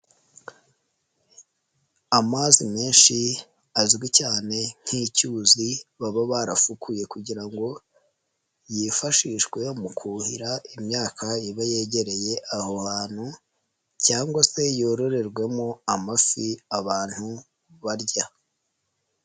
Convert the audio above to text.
Amazi menshi azwi cyane nk'icyuzi baba barafukuye kugira ngo yifashishwe mu kuhira imyaka iba yegereye aho hantu cyangwa se yororerwemo amafi abantu barya.